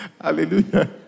Hallelujah